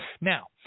Now